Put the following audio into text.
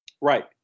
Right